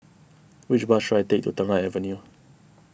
which bus should I take to Tengah Avenue